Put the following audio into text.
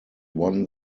won